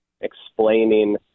explaining